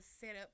setup